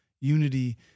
unity